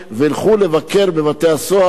וילכו לבקר בבתי-הסוהר,